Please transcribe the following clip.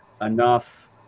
enough